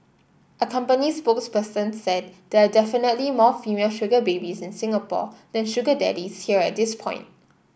a company spokesperson said there are definitely more female sugar babies in Singapore than sugar daddies here at this point